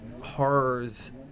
horrors